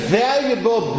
valuable